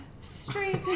Street